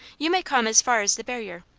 you may come as far as the barrier,